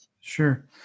Sure